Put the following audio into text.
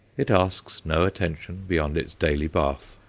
it asks no attention beyond its daily bath.